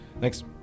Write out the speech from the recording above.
Thanks